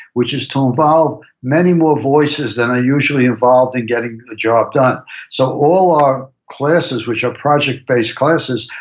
which is to involve many more voices than are usually involved in getting the job done so all our classes, which are project based classes,